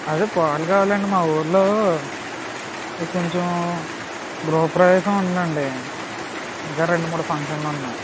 అదే పాలు కావాలి అండి మా ఊళ్ళో ఓ కొంచెం గృహప్రవేశం ఉందండీ ఇంకా రెండు మూడు ఫంక్షన్లు ఉన్నాయి